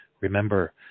Remember